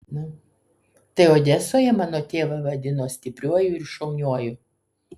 tai odesoje mano tėvą vadino stipriuoju ir šauniuoju